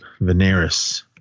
Veneris